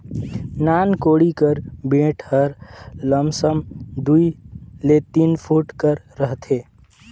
नान कोड़ी कर बेठ हर लमसम दूई ले तीन फुट कर रहथे